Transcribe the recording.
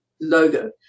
logo